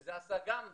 שזה עשה גם בעיה.